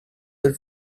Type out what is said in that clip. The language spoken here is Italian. del